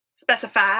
specify